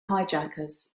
hijackers